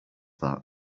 that